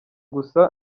gusa